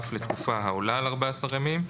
אף לתקופה העולה על 14 ימים.